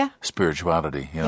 spirituality